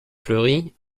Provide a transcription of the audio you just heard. fleuri